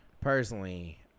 Personally